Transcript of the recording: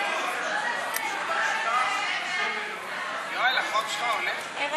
להעביר לוועדה את הצעת חוק החומרים המסוכנים (תיקון,